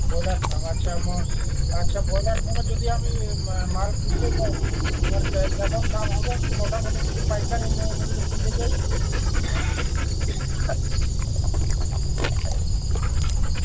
boiler farm আচ্ছা আচ্ছা broiler ফার্মে যদি আমি মাল কিনতে চাই আমার কেমন দাম হবে মোটামুটি যদি পাইকারি মূল্য কিনতে চাই